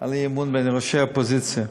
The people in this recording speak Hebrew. על אי-אמון בין ראשי האופוזיציה.